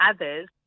others